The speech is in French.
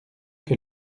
que